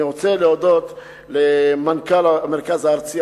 אני רוצה להודות למנכ"ל המרכז הארצי,